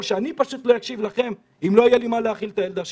או שאני פשוט לא אקשיב לכם אם לא יהיה לי איך להאכיל את הילדה שלי.